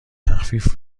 تخفیف